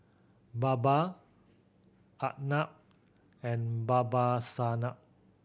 Baba Arnab and Babasaheb